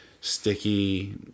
sticky